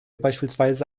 beispielsweise